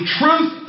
truth